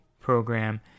program